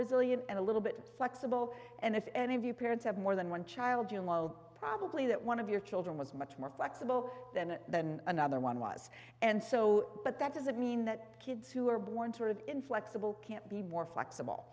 resilient and a little bit flexible and if any of you parents have more than one child probably that one of your children was much more flexible then than another one was and so but that doesn't mean that kids who are born sort of inflexible can't be more flexible